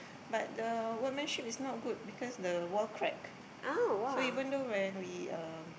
but the workmanship is not good because the wall crack so even though when we um